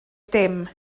dim